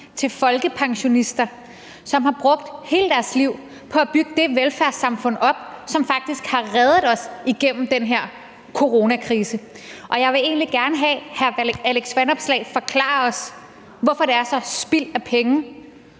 til folkepensionister, som har brugt hele deres liv på at bygge det velfærdssamfund op, som faktisk har reddet os igennem den her coronakrise. Jeg vil egentlig gerne have, at hr. Alex Vanopslagh forklarer os, hvorfor det er så spild af penge